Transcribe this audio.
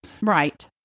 right